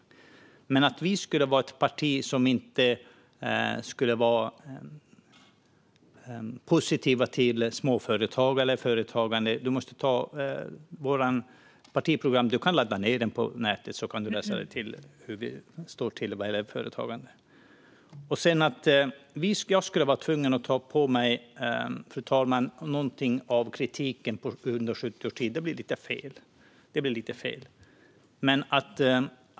När det gäller att vi skulle vara ett parti som inte är positivt till småföretag eller företagande kan du ladda ned vårt partiprogram från nätet och läsa hur det står till. Att jag skulle vara tvungen att ta på mig kritiken från 70 års tid blir lite fel.